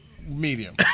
medium